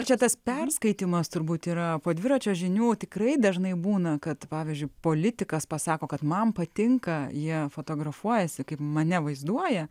čia tas perskaitymas turbūt yra po dviračio žinių tikrai dažnai būna kad pavyzdžiui politikas pasako kad man patinka jie fotografuojasi kaip mane vaizduoja